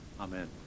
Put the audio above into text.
Amen